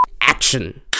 Action